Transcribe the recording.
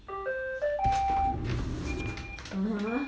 mmhmm